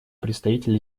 представитель